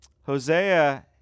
Hosea